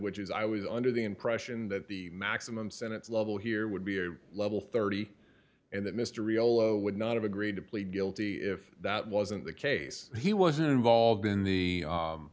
which is i was under the impression that the maximum sentence level here would be a level thirty and that mr riolo would not have agreed to plead guilty if that wasn't the case he was involved in the